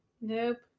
Nope